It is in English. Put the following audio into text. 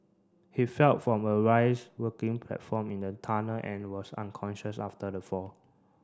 he fell from a rise working platform in the tunnel and was unconscious after the fall